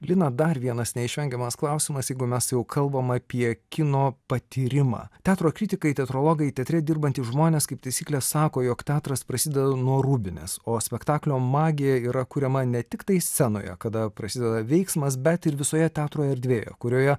lina dar vienas neišvengiamas klausimas jeigu mes jau kalbam apie kino patyrimą teatro kritikai teatrologai teatre dirbantys žmonės kaip taisyklė sako jog teatras prasideda nuo rūbinės o spektaklio magija yra kuriama ne tiktai scenoje kada prasideda veiksmas bet ir visoje teatro erdvė kurioje